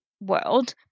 world